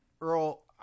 Earl